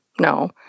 no